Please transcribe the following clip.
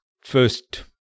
first